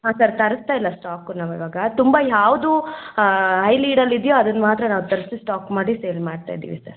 ಹಾಂ ಸರ್ ತರಿಸ್ತ ಇಲ್ಲ ಸ್ಟಾಕು ನಾವು ಇವಾಗ ತುಂಬ ಯಾವುದು ಹೈ ಲೀಡಲ್ಲಿ ಇದೆಯೋ ಅದ್ನ ಮಾತ್ರ ನಾವು ತರಿಸಿ ಸ್ಟಾಕ್ ಮಾಡಿ ಸೇಲ್ ಮಾಡ್ತ ಇದ್ದೀವಿ ಸರ್